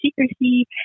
secrecy